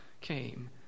came